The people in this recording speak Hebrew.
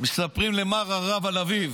מספרים למר הרב על אביו.